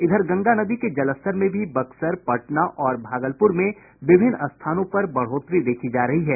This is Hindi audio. इधर गंगा नदी के जलस्तर में भी बक्सर पटना और भागलपूर में विभिन्न स्थानों पर बढ़ोतरी देखी जा रही है